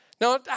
Now